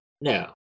No